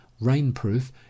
rainproof